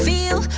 Feel